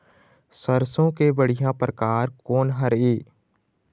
सरसों के बढ़िया परकार कोन हर ये?